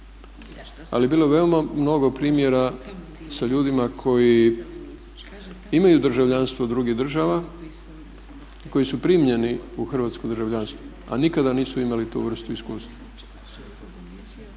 Ali je bilo veoma mnogo primjera sa ljudima koji imaju državljanstvo drugih država i koji su primljeni u hrvatsko državljanstvo a nikada nisu imali tu vrstu iskustva.